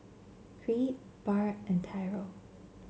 Creed Bart and Tyrel